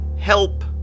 help